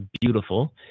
beautiful